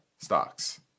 stocks